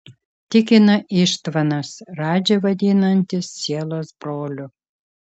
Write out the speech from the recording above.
tikina ištvanas radžį vadinantis sielos broliu